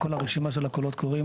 רוצים שגם לכל הוועדות תהיינה סמכויות,